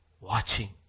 watching